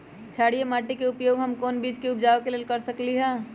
क्षारिये माटी के उपयोग हम कोन बीज के उपजाबे के लेल कर सकली ह?